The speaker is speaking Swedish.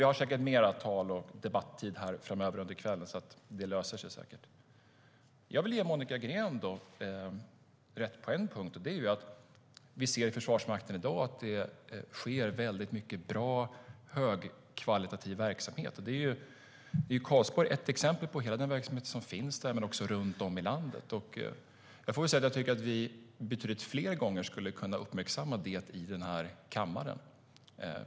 Vi har säkert mer talartid och debattid här framöver under kvällen, så det löser sig säkert. Jag vill ge Monica Green rätt på en punkt. Vi ser i Försvarsmakten i dag att det sker väldigt mycket bra högkvalitativ verksamhet. Hela den verksamhet som finns i Karlsborg är ett exempel på det men också den som finns runt om i landet. Vi borde betydligt fler gånger uppmärksamma det i kammaren.